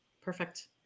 perfect